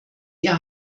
ihr